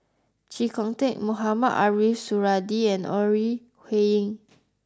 Chee Kong Tet Mohamed Ariff Suradi and Ore Huiying